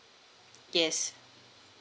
yes